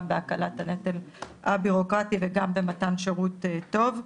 גם בהקלת הנטל הבירוקרטי וגם במתן שירות טוב,